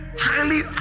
highly